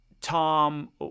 Tom